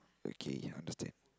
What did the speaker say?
okay understand